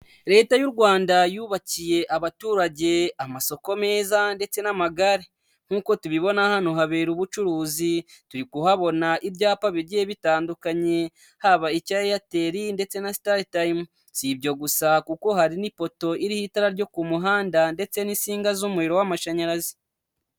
Leta y'u Rwanda yubakiye abaturage amasoko meza ndetse n'amagare nk'uko tubibona hano habera ubucuruzi, turi kuhabona ibyapa bigiye bitandukanye haba icya Airtel ndetse na Sitari tayime, si ibyo gusa kuko hari n'ipoto iriho itara ryo ku muhanda ndetse n'insinga z'umuriro w'amashanyarazi.